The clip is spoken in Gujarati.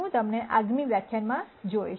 હું તમને આગામી વ્યાખ્યાન જોઈશ